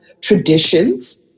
traditions